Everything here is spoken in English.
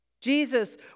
Jesus